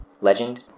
Legend